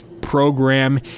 program